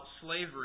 slavery